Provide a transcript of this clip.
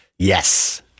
Yes